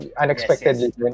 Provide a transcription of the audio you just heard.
Unexpectedly